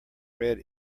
red